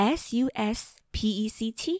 suspect